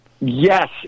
Yes